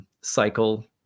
cycle